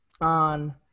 on